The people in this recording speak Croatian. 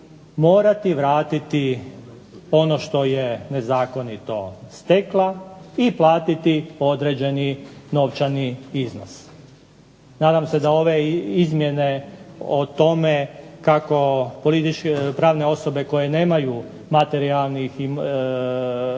morati vratiti ono što je nezakonito stekla i platiti određeni novčani iznos. Nadam se da ove izmjene o tome kako pravne osobe koje nemaju materijalnih